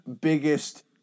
biggest